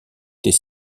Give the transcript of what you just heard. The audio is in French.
était